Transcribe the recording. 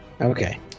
Okay